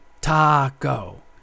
taco